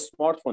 smartphone